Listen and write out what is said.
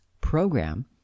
program